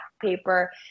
paper